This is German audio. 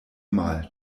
mal